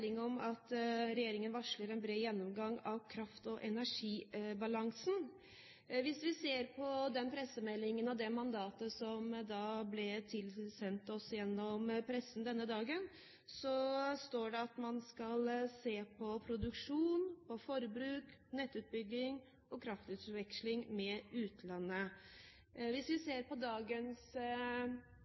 melding om at regjeringen varsler en bred gjennomgang av kraft- og energibalansen. Hvis vi ser på den pressemeldingen og det mandatet som ble tilsendt oss gjennom pressen denne dagen, så står det der at man skal se på «produksjon, forbruk, nettutbygging og kraftutvekslingen med utlandet». Hvis vi ser på dagens